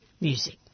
music